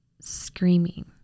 screaming